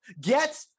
Get